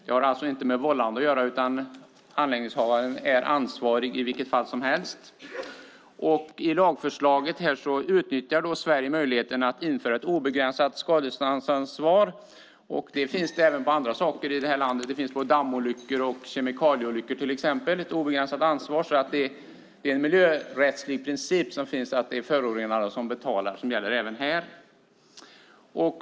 Det har alltså inte med vållande att göra, utan anläggningshavaren är ansvarig i vilket fall som helst. I lagförslaget utnyttjar Sverige möjligheten att införa ett obegränsat skadeståndsansvar. Det finns även i andra sammanhang i det här landet, till exempel vid dammolyckor och kemikalieolyckor, ett obegränsat ansvar. Det är en miljörättslig princip, att det är förorenaren som betalar, som gäller även här.